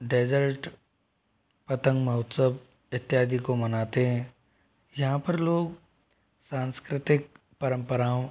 dessert पतंग महोत्सव इत्यादि को मनाते हैं यहाँ पर लोग सांस्कृतिक परम्पराओं